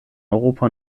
europa